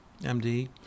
MD